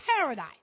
paradise